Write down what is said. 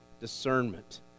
discernment